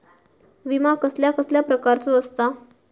विमा कसल्या कसल्या प्रकारचो असता?